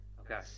Okay